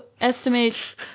estimates